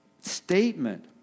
statement